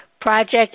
Project